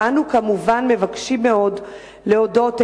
אנו כמובן מבקשים מאוד להודות,